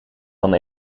van